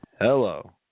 Hello